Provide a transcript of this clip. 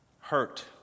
hurt